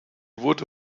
wurde